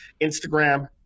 Instagram